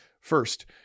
First